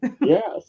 Yes